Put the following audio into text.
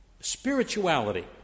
spirituality